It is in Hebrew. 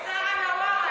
יש שרה דווארה,